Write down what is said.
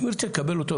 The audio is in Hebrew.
אם הוא ירצה לקבל אותו,